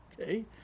Okay